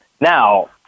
Now